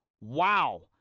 wow